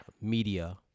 media